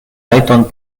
rajton